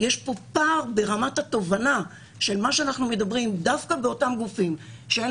יש פה פער ברמת התובנה דווקא באותם גופים שאין